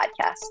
Podcast